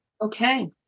Okay